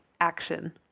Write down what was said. action